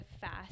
fast